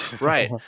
Right